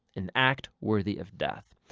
an act worthy of death.